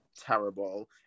terrible